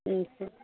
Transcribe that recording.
ம் சே